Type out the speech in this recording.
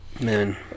Man